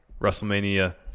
WrestleMania